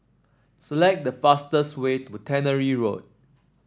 select the fastest way to Tannery Road